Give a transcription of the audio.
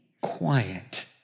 quiet